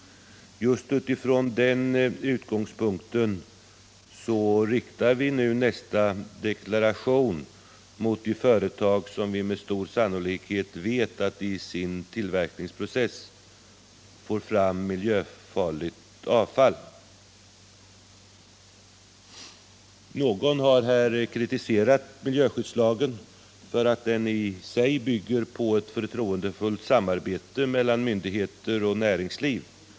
Just från den utgångspunkten riktar vi nu nästa deklaration mot företag som vi med stor sannolikhet vet får fram miljöfarligt avfall i sin tillverkningsprocess. Någon har här kritiserat miljöskyddslagen för att den bygger på ett förtroendefullt samarbete mellan myndigheter och näringsliv.